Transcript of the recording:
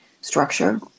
structure